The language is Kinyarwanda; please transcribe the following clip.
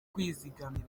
kwizigamira